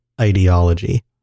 ideology